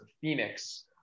Phoenix